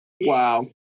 Wow